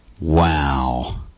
Wow